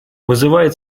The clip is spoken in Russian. вызывает